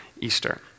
Easter